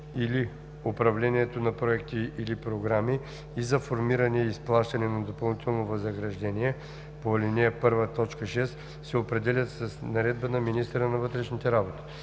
и/или управлението на проекти или програми и за формиране и изплащане на допълнителното възнаграждение по ал. 1, т. 6 се определят с наредба на министъра на вътрешните работи.“